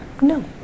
No